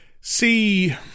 See